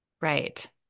Right